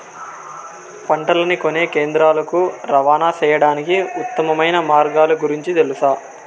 పంటలని కొనే కేంద్రాలు కు రవాణా సేయడానికి ఉత్తమమైన మార్గాల గురించి తెలుసా?